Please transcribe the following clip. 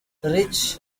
rich